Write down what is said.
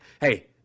hey